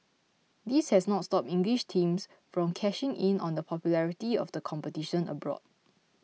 this has not stopped English teams from cashing in on the popularity of the competition abroad